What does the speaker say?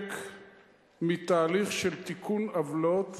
חלק מתהליך של תיקון עוולות